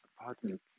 apartment